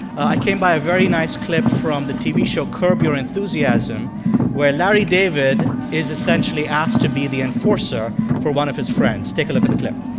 i came by a very nice clip from the tv show curb your enthusiasm where larry david is essentially asked to be the enforcer for one of his friends. take a look at the clip